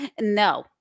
No